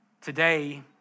today